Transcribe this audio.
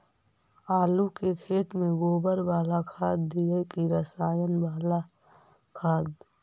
आलू के खेत में गोबर बाला खाद दियै की रसायन बाला खाद?